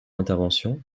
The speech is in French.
intervention